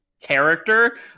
character